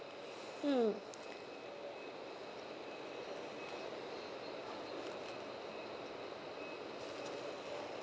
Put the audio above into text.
mm